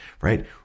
right